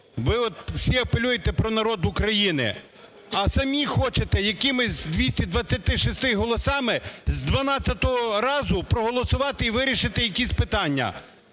Ви, от, всі апелюєте про народ України. А самі хочете якимись 226 голосами з дванадцятого разу проголосувати і вирішити якісь питання.